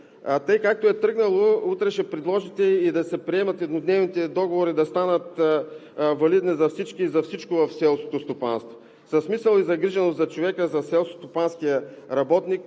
Тъй както е тръгнало, утре ще предложите да се приеме и еднодневните договори и да станат валидни за всичко и всички в селското стопанство. С мисъл и загриженост за човека, за селскостопанския работник,